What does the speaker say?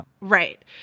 right